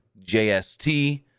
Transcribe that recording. JST